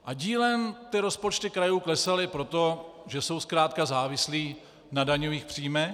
A dílem rozpočty krajů klesaly proto, že jsou zkrátka závislé na daňových příjmech.